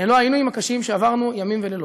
ללא העינויים הקשים שעברנו ימים ולילות.